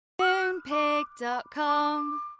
Moonpig.com